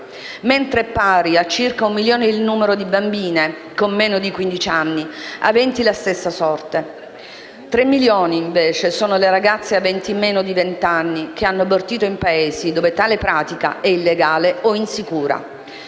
mentre è pari a circa un milione il numero di bambine con meno di quindici anni aventi la stessa sorte. Sono invece 3 milioni le ragazze aventi meno di vent'anni che hanno abortito in Paesi dove tale pratica è illegale o insicura.